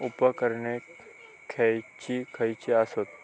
उपकरणे खैयची खैयची आसत?